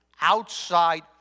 outside